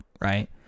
right